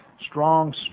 strong